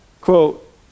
quote